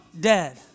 dead